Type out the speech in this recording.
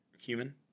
Human